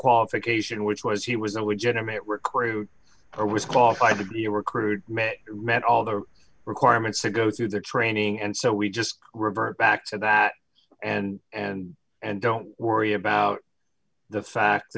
qualification which was he was a legitimate recruit or was qualified to be a recruit met met all the requirements to go through their training and so we just revert back to that and and and don't worry about the fact